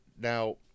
now